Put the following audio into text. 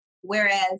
Whereas